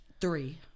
three